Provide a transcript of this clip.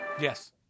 Yes